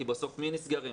כי בסוף מי נסגרים?